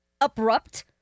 abrupt